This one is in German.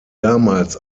damals